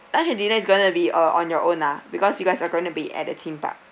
lunch and dinner is going to be uh on your own lah because you guys are going to be at the theme park